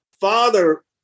father